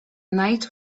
night